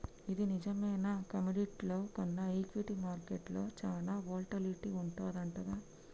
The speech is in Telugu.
ఇది నిజమేనా కమోడిటీల్లో కన్నా ఈక్విటీ మార్కెట్లో సాన వోల్టాలిటీ వుంటదంటగా